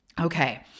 okay